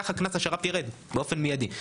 כך קנס השר"פ יירד באופן מיידי.